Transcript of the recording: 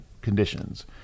conditions